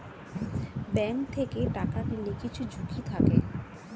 bank থেকে টাকা নিলে কিছু ঝুঁকি থাকে